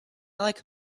like